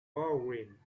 baldwin